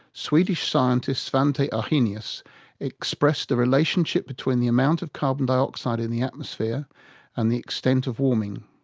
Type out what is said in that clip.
swedish scientist svante arrhenius expressed the relationship between the amount of carbon dioxide in the atmosphere and the extent of warming.